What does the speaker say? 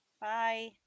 bye